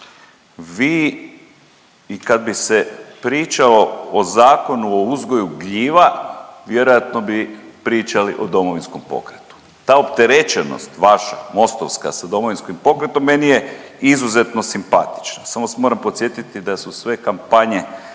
Vi i kad bi se pričalo o zakonu o uzgoju gljiva, vjerojatno bi pričali o Domovinskom pokretu. Ta opterećenost vaša mostovska sa Domovinskim pokretom meni je izuzetno simpatična, samo vas moram podsjetiti da su sve kampanje